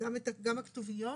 גם הכתוביות?